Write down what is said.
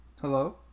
Hello